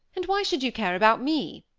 and why should you care about me?